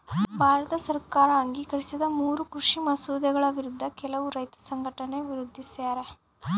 ಭಾರತ ಸರ್ಕಾರ ಅಂಗೀಕರಿಸಿದ ಮೂರೂ ಕೃಷಿ ಮಸೂದೆಗಳ ವಿರುದ್ಧ ಕೆಲವು ರೈತ ಸಂಘಟನೆ ವಿರೋಧಿಸ್ಯಾರ